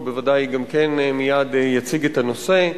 והוא בוודאי גם כן מייד יציג את הנושא.